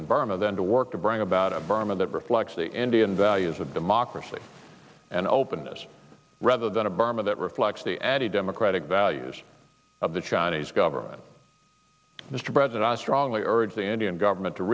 burma than to work to bring about a burma that reflects the indian values of democracy and openness rather than a burma that reflects the added democratic values of the chinese government mr president i strongly urge the indian government to